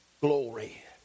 glory